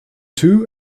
two